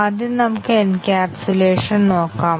ആദ്യം നമുക്ക് എൻക്യാപ്സുലേഷൻ നോക്കാം